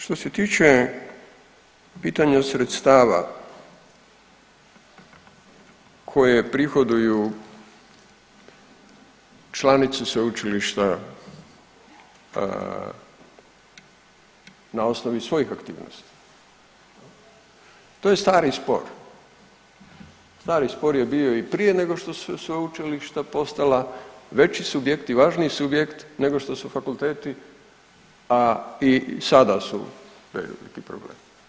Što se tiče pitanja sredstava koje prihoduju članice sveučilišta na osnovi svojih aktivnosti, to je stari spor, stari spor je bio i prije nego što su sveučilišta postala, veći subjekti, važniji subjekt nego što su fakulteti, a i sada su preveliki problem.